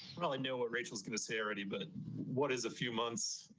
probably know what rachel is going to say already. but what is a few months,